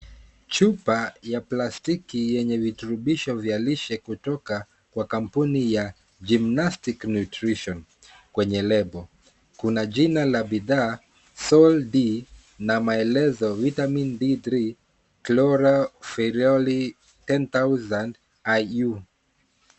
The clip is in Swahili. Chupa ya plastiki yenye viturubisho vya lishe kutoka kwa kampuni ya Gimnastic nutrition kwenye lebo. kuna jina la bidhaa SOL-D na maelezo Vitamin D 3 Cloraferiol 10,000 I U.